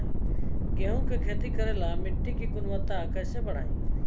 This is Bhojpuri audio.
गेहूं के खेती करेला मिट्टी के गुणवत्ता कैसे बढ़ाई?